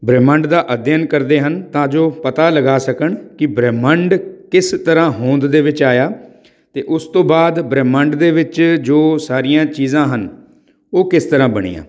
ਬ੍ਰਹਿਮੰਡ ਦਾ ਅਧਿਐਨ ਕਰਦੇ ਹਨ ਤਾਂ ਜੋ ਪਤਾ ਲਗਾ ਸਕਣ ਕਿ ਬ੍ਰਹਮੰਡ ਕਿਸ ਤਰ੍ਹਾਂ ਹੋਂਦ ਦੇ ਵਿੱਚ ਆਇਆ ਅਤੇ ਉਸ ਤੋਂ ਬਾਅਦ ਬ੍ਰਹਿਮੰਡ ਦੇ ਵਿੱਚ ਜੋ ਸਾਰੀਆਂ ਚੀਜ਼ਾਂ ਹਨ ਉਹ ਕਿਸ ਤਰ੍ਹਾਂ ਬਣੀਆਂ